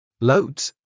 Loads